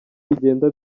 bigenda